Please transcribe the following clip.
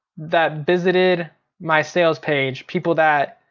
that visited my sales page, people that